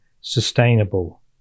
sustainable